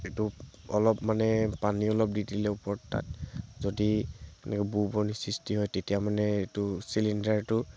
এইটো অলপ মানে পানী অলপ দি দিলেও ওপৰত তাত যদি এনেকৈ বুৰবুৰণি সৃষ্টি হয় তেতিয়া মানে এইটো চিলিণ্ডাৰটো